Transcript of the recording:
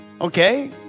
Okay